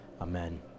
Amen